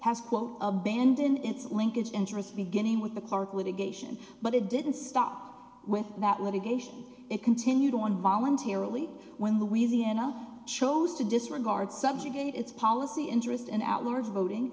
has quote abandoned its linkage interest beginning with the clark litigation but it didn't stop with that litigation it continued on voluntarily when louisiana chose to disregard subjugate its policy interest and out were voting